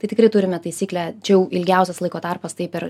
tai tikrai turime taisyklę čia jau ilgiausias laiko tarpas taip per